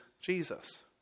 Jesus